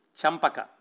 Champaka